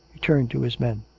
he turned to his men.